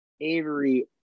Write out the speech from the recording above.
avery